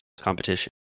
competition